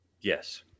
Yes